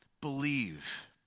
Believe